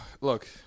Look